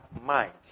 mind